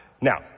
Now